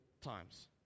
times